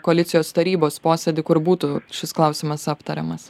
koalicijos tarybos posėdį kur būtų šis klausimas aptariamas